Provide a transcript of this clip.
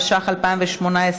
התשע"ח 2018,